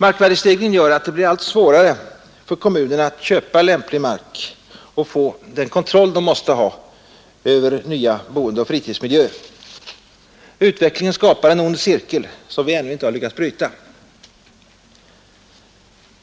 Markvärdestegringen gör att det blir allt svårare för kommunerna att köpa lämplig mark och få den kontroll de måste ha över nya boendeoch fritidsmiljöer. Utvecklingen skapar en ond cirkel som vi ännu inte har lyckats bryta.